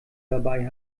dabei